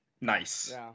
Nice